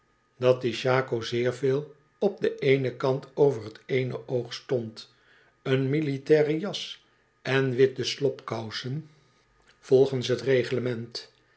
dat die shako zeer veel op den eenen kant over t eene oog stond een militaire jas en witte slobkousen volgens t reglement